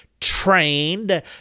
trained